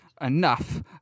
enough